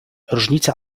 różnica